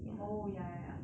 oh ya ya ya